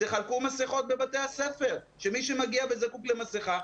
תחלקו מסכות בבתי הספר שמי שמגיע וזקוק למסכה,